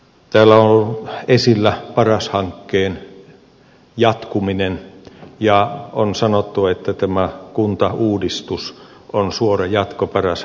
täällä on esillä paras hankkeen jatkuminen ja on sanottu että tämä kuntauudistus on suora jatko paras hankkeelle